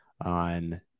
on